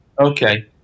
Okay